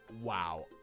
Wow